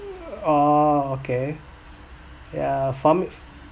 oh okay yeah for me